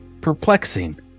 perplexing